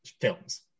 films